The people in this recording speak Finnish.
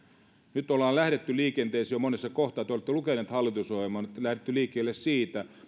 nyt ollaan lähdetty liikenteeseen jo monessa kohtaa te te olette lukenut hallitusohjelman nyt on lähdetty liikkeelle siitä